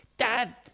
Dad